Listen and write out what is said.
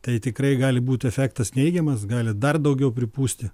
tai tikrai gali būti efektas neigiamas gali dar daugiau pripūsti